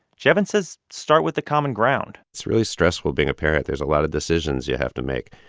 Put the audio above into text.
jevin says start with the common ground it's really stressful being a parent. there's a lot of decisions you have to make.